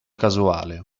casuale